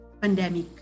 pandemic